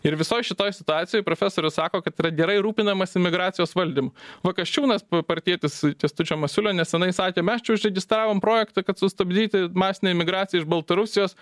ir visoj šitoj situacijoj profesorius sako kad yra gerai rūpinamasi migracijos valdymu va kasčiūnas partietis kęstučio masiulio nesenai sakė mes čia užregistravom projektą kad sustabdyti masinę imigraciją iš baltarusijos